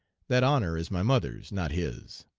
that honor is my mother's, not his.